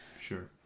Sure